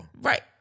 Right